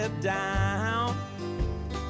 down